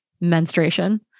menstruation